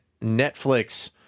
Netflix